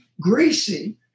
greasy